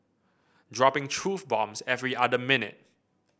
dropping truth bombs every other minute